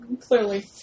clearly